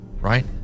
right